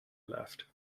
left